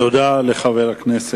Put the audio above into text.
תודה לשר.